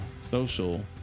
Social